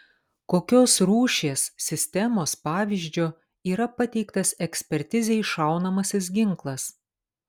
kokios rūšies sistemos pavyzdžio yra pateiktas ekspertizei šaunamasis ginklas